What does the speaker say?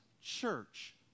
church